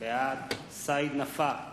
בעד סעיד נפאע,